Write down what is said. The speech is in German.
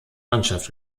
mannschaft